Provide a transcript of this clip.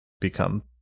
become